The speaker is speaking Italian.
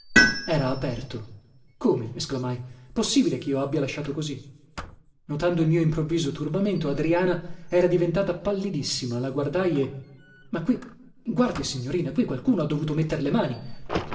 era aperto come esclamai possibile chio labbia lasciato così notando il mio improvviso turbamento adriana era diventata pallidissima la guardai e ma qui guardi signorina qui qualcuno ha dovuto metter le mani